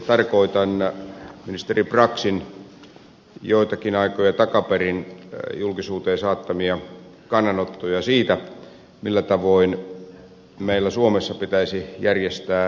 tarkoitan ministeri braxin joitakin aikoja takaperin julkisuuteen saattamia kannanottoja siitä millä tavoin meillä suomessa pitäisi järjestää äänioikeusikärajat